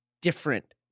different